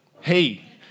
Hey